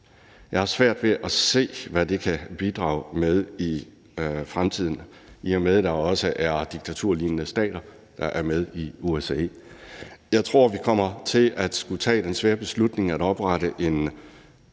Jeg har svært ved at se, hvad den kan bidrage med i fremtiden, i og med at der også er diktaturlignende stater med i OSCE. Jeg tror, at vi kommer til at skulle tage den svære beslutning at oprette en